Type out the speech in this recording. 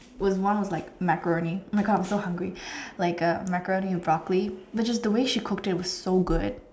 was one was like macaroni oh my God I'm so hungry like uh macaroni with broccoli but just the way she cooked it was so good